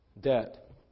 debt